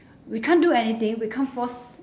we can't do anything we can't force